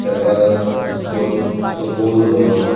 ताका सप सपोवन उडोवप